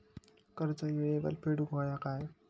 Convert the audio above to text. कर्ज येळेवर फेडूक होया काय?